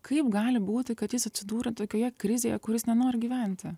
kaip gali būti kad jis atsidūrė tokioje krizėje kur jis nenori gyventi